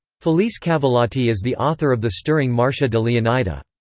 felice cavallotti is the author of the stirring marcia de leonida.